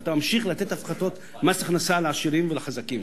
ואתה ממשיך לתת הפחתות מס הכנסה לעשירים ולחזקים.